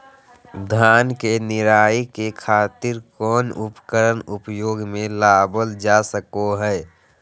धान के निराई के खातिर कौन उपकरण उपयोग मे लावल जा सको हय?